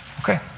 Okay